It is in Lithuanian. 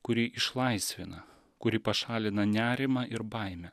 kuri išlaisvina kuri pašalina nerimą ir baimę